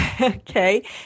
Okay